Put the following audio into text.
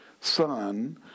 son